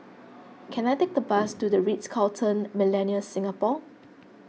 can I take a bus to the Ritz Carlton Millenia Singapore